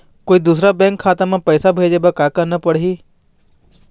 कोई दूसर बैंक खाता म पैसा भेजे बर का का करना पड़ही?